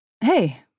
Hey